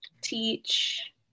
Teach